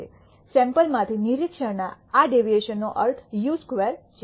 સૈમ્પલમાંથી નિરીક્ષણના આ ડેવિએશન નો અર્થ યુ સ્ક્વેર છે